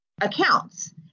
accounts